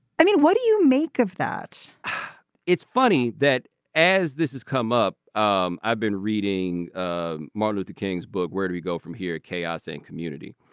i mean what do you make of that it's funny that as this has come up um i've been reading ah martin luther king's book where do we go from here chaos and community.